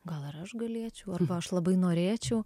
gal ir aš galėčiau arba aš labai norėčiau